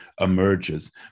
emerges